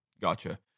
Gotcha